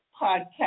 podcast